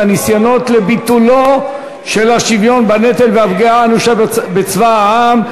הניסיונות לביטול השוויון בנטל והפגיעה האנושה בצבא העם.